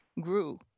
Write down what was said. grew